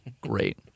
Great